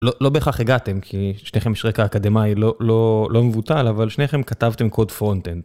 לא.. לא בכך הגעתם, כי שניכם יש רקע אקדמי לא.. לא.. לא מבוטל, אבל שניכם כתבתם קוד פרונטאנד.